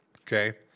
Okay